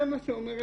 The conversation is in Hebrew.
זה מה שאומר התקציב.